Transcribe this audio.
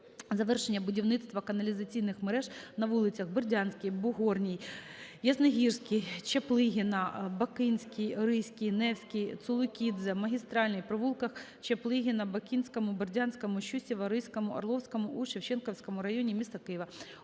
завершення будівництва каналізаційних мереж на вулицях Бердянській, Бугорній, Ясногірській, Чаплигіна, Бакинській, Ризькій, Невській, Цулукідзе, Магістральній, провулках Чаплигіна, Бакинському, Бердянському, Щусєва, Ризькому, Орловському у Шевченківському районі міста Києва.